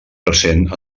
present